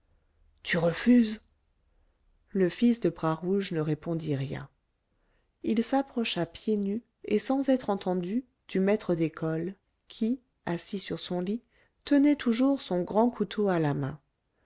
tu refuses le fils de bras rouge ne répondit rien il s'approcha pieds nus et sans être entendu du maître d'école qui assis sur son lit tenait toujours son grand couteau à la main